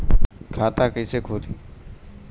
खाता कइसे खुली?